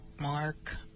Mark